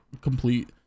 complete